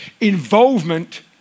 involvement